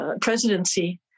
presidency